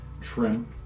trim